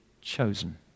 chosen